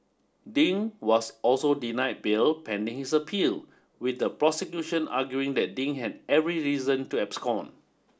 Ding was also denied bail pending his appeal with the prosecution arguing that Ding had every reason to abscond